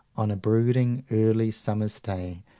on a brooding early summer's day,